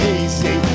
easy